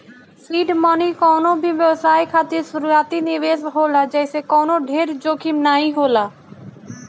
seed money कवनो भी व्यवसाय खातिर शुरूआती निवेश होला जेसे कवनो ढेर जोखिम नाइ होला